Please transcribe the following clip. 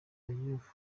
diouf